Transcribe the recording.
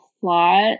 plot